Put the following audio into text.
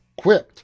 quipped